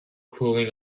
cooling